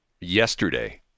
yesterday